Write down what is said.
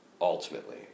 ultimately